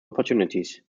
opportunities